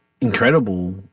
incredible